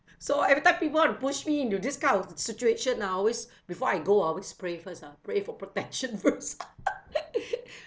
so every time people want to push me into this kind of situation ah I always before I go I'll always pray first ah pray for protection first